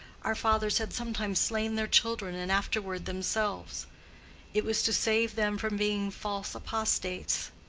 our fathers had sometimes slain their children and afterward themselves it was to save them from being false apostates.